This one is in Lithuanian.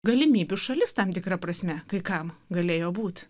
galimybių šalis tam tikra prasme kai kam galėjo būt